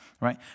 right